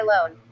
alone